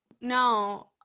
No